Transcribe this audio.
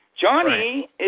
Johnny